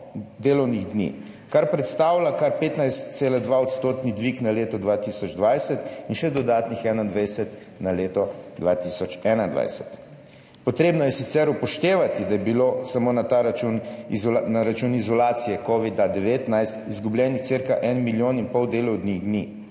delovnih dni, kar predstavlja kar 15,2-odstotni dvig na leto 2020 in še dodatnih 21 na leto 2021. Potrebno je sicer upoštevati, da je bilo samo na račun izolacije zaradi covida-19 izgubljenih cirka en milijon in pol delovnih dni.